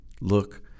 Look